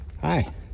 Hi